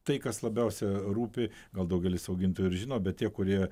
tai kas labiausia rūpi gal daugelis augintojų ir žino bet tie kurie